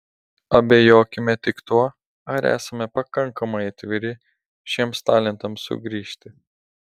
abejokime tik tuo ar esame pakankamai atviri šiems talentams sugrįžti